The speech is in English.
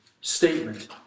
statement